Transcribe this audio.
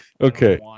Okay